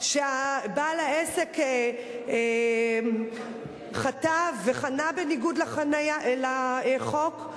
כשבעל העסק חטא וחתם בניגוד לחוק?